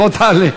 בוא תעלה.